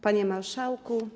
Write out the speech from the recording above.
Panie Marszałku!